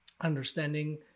understanding